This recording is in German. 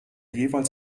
jeweils